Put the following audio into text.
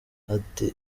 ati